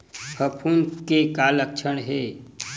फफूंद के का लक्षण हे?